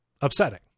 upsetting